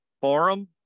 forum